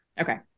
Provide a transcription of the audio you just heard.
Okay